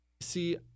See